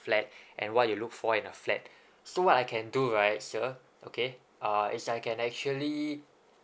flat and what you look for in a flat so what I can do right sir okay uh is I can actually